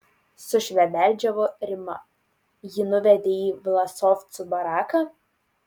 sušvebeldžiavo rima jį nuvedė į vlasovcų baraką